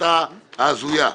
ההחלטה ההזויה לדעתי.